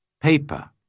paper